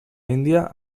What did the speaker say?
india